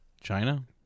China